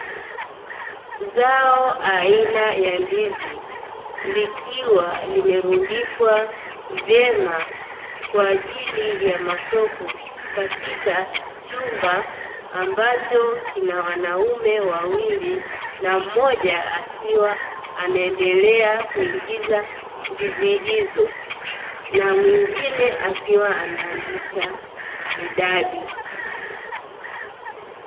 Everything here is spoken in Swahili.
Zao aina ya ndizi, likiwa limerundikwa vyema kwa ajili ya masoko katika chumba ambacho kina wanaume wawili, na mmoja akiwa anaendelea kuingiza ndizi hizo, na mwingine akiwa anaandika idadi.